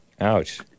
ouch